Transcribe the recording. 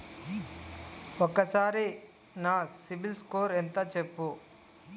ఒక్కసారి నా CIBIL score ఎంత చెప్పు?